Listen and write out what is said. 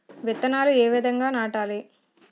విత్తనాలు ఏ విధంగా నాటాలి?